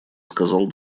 сказал